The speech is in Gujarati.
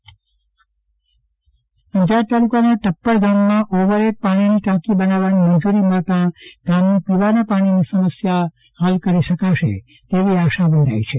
ચંદ્રવદન પદ્ટણી અબ અંજાર તાલુકાના ટપ્પર ગામમાં ઓવરહેડ પાણીની ટાંકી બનાવવાની મંજુરી મળતા ત્યાંના પીવાના પાણીની સમસ્યા હલ કરી શકાશે તેવી આશા બંધાઈ છે